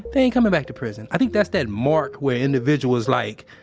they ain't comin' back to prison. i think that's that mark where individuals like,